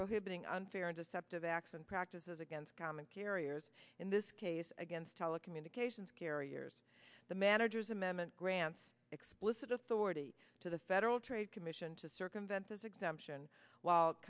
prohibiting unfair and deceptive acts and practices against common carriers in this case against telecommunications carriers the manager's amendment grants explicit authority to the federal trade commission to circumvent this exemption while